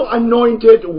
anointed